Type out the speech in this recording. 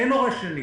אין הורה שני.